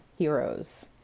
heroes